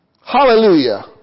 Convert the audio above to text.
Hallelujah